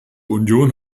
union